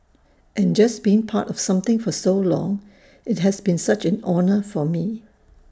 and just being part of something for so long IT has been such an honour for me